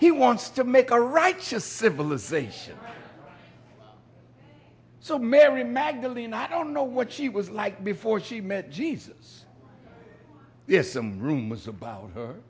he wants to make a righteous civilization so mary magdalene i don't know what she was like before she met jesus yes some rumors about her